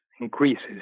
increases